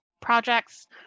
projects